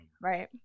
Right